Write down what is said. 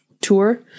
tour